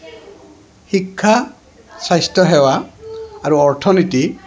শিক্ষা স্বাস্থ্যসেৱা আৰু অৰ্থনীতি